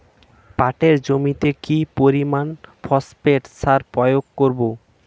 পাটের জমিতে কি পরিমান ফসফেট সার প্রয়োগ করব?